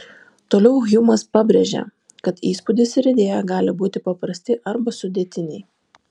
toliau hjumas pabrėžia kad įspūdis ir idėja gali būti paprasti arba sudėtiniai